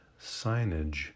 signage